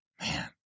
man